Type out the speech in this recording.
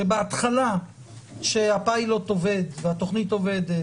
שבהתחלה כשהפיילוט עובד והתוכנית עובדת,